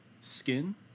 skin